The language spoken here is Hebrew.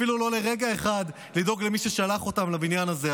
אפילו לא לרגע אחד לדאוג למי ששלח אותם לבניין הזה,